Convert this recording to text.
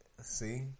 See